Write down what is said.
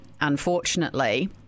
unfortunately-